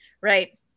Right